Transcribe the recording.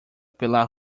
pela